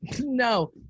No